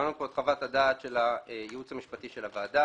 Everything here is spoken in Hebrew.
שמענו כאן את חוות הדעת של הייעוץ המשפטי לוועדה